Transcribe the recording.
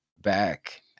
back